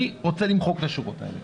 אני רוצה למחוק את השורות האלה.